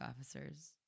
officers